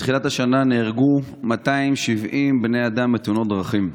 מתחילת השנה נהרגו 270 בני אדם בתאונות דרכים,